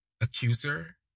accuser